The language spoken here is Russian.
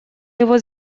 его